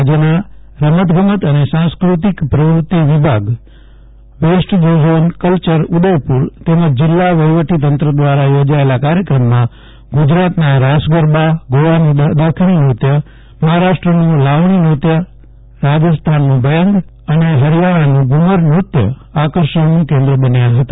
રાજ્યના રમત ગમત અને સાંસ્કૃતિક પ્રવૃત્તિ વિભાગ વેસ્ટ ઝોન કલ્યર ઉદયપુર તેમજ જિલ્લા વહિવટી તંત્ર દ્વારા યોજાયેલા કાર્યક્રમમાં ગુજરાતના રાસ ગરબા ગોવાનું દેખણી નૃત્ય મહારાષ્ટ્રનું લાવણી નૃત્ય રાજસ્થાનનું ભયંગ નૃત્ય અને હરિયાણાનું ધુમ્મર નૃત્ય આકર્ષણનું કેન્દ્ર બન્યા હતા